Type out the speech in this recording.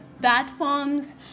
platforms